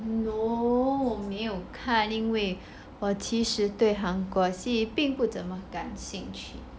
no 我没有看因为我其实对韩国戏并不怎么感兴趣